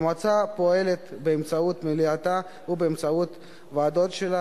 תודה רבה לחברי הכנסת ויושב-ראש הקואליציה אלקין,